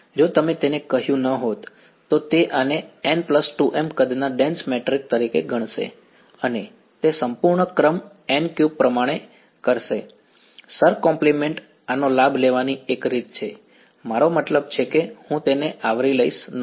જો તમે તેને કહ્યું ન હોત તો તે આને n2m કદના ડેન્સ મેટ્રિક્સ તરીકે ગણશે અને તે સંપૂર્ણ ક્રમ n ક્યુબ પ્રમાણે કરશે શરની કોમ્પ્લિમેંટ આનો લાભ લેવાની એક રીત છે મારો મતલબ કે હું તેને આવરી લઈશ નહીં